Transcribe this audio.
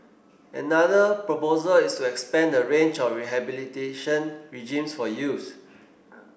another proposal is to expand the range of rehabilitation regimes for youths